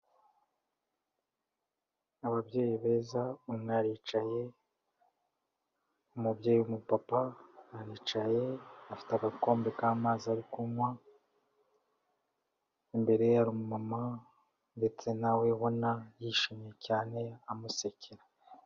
Ababyeyi beza, umwe aricaye, umubyeyi w'umupapa aricaye, afite agakombe k'amazi ari kunywa imbere ye hari umumama ndetse na we ubona yishimye cyane amusekera.